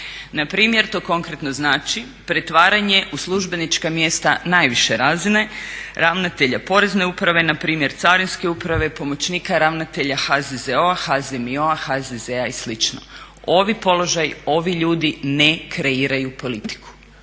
Na primjer, to konkretno znači pretvaranje u službenička mjesta najviše razine ravnatelja Porezne uprave, npr. Carinske uprave i pomoćnika ravnatelja HZZO-a, HZMO-a, HZZ-a i slično. Ovi položaji, ovi ljudi ne kreiraju politiku.